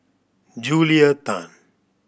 Julia Tan